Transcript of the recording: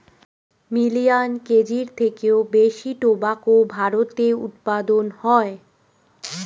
million কেজির থেকেও বেশি টোবাকো ভারতে উৎপাদন হয়